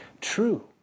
true